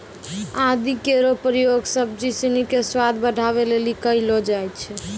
आदि केरो प्रयोग सब्जी सिनी क स्वाद बढ़ावै लेलि कयलो जाय छै